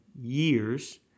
years